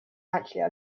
actually